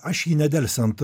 aš jį nedelsiant